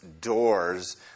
doors